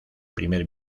primer